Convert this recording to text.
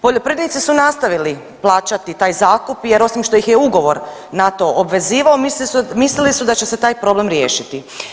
Poljoprivrednici su nastavili plaćati taj zakup jer osim što ih je ugovor na to obvezivao mislili su da će se taj problem riješiti.